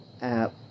app